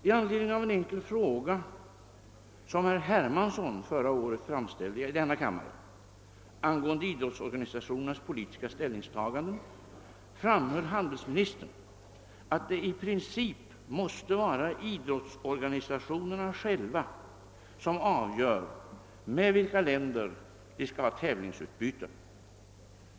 I anledning av en enkel fråga, som herr Hermansson förra året framställde i denna kammare angående idrottsorganisationens politiska ställningstaganden, framhöll handelsministern att det i princip måste vara idrottsorganisatio 10.00 nerna själva som avgör med vilka länder de skall ha tävlingsutbyte.